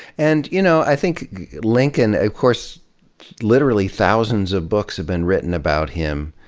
and you know i think l incoln, of course literally thousands of books have been written about him,